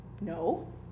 No